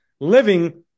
living